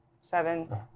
Seven